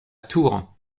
tours